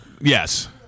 Yes